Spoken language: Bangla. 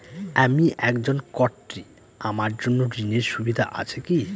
আমি একজন কট্টি আমার জন্য ঋণের সুবিধা আছে কি?